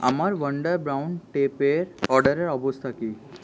আমার wonder brown টেপের অর্ডারের অবস্থা কি